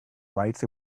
rides